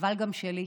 אבל גם שלי.